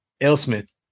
Ailsmith